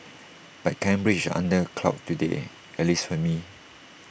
but Cambridge under A cloud today at least for me